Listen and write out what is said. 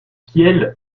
kiel